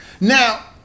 now